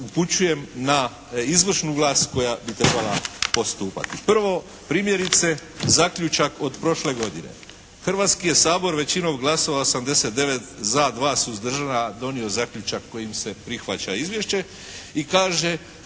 upućujem na izvršnu vlast koja bi trebala postupati. Prvo, primjerice zaključak od prošle godine. Hrvatski je Sabor većinom glasova 89 za, 2 suzdržana donio zaključak kojim se prihvaća izvješće i kaže